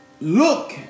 look